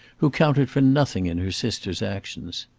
who counted for nothing in her sister's actions.